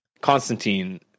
Constantine